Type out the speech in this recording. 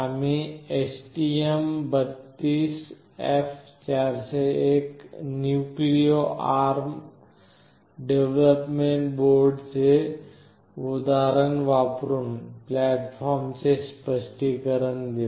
आम्ही STM32F401 Nucleo ARM development बोर्डाचे उदाहरण वापरून प्लॅटफॉर्मचे स्पष्टीकरण देऊ